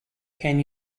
can